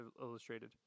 Illustrated